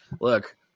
look